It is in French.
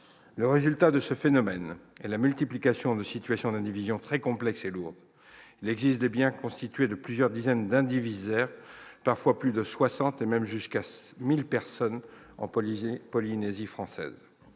Le résultat de ce phénomène est la multiplication de situations d'indivisions très complexes et lourdes. Il existe des biens constitués de plusieurs dizaines d'indivisaires, parfois plus de soixante et même jusqu'à mille personnes en Polynésie française.